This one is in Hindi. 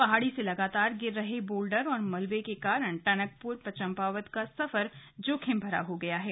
पहाड़ी से लगातार गिर रहे बोल्डर और मलबे के कारण टनकपुर चम्पावत का सफर जोखिम भरा हो गया है